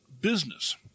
business